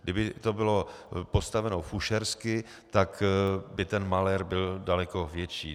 Kdyby to bylo postaveno fušersky, tak by ten malér byl daleko větší.